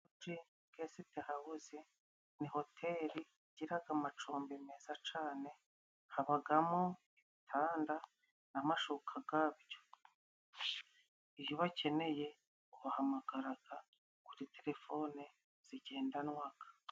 Gesite hawuzi ni hoteli igira amacumbi meza cyane, habamo ibitanda n'amashuka yabyo. Iyo ubakeneye, ubahamagara kuri telefone zigendanwa.